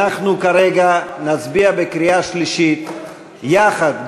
אנחנו כרגע נצביע בקריאה שלישית יחד,